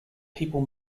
people